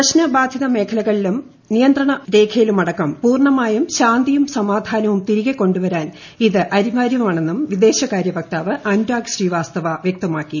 പ്രശ്നബാധിതമേഖലകളിലും നിയന്ത്രണ രേഖയിലൂടക്കം പൂർണമായും ശാന്തിയും സമാധാനവും തിരികെക്കൊണ്ടുവരാൻ ഇത് അനിവാര്യമാണെന്നും വിദേശകാര്യ വക്താവ് അനുരാഗ് ശ്രീവാസ്തവ വൃക്തമാക്കി